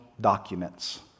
documents